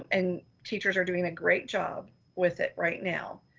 and teachers are doing a great job with it right now.